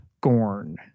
gorn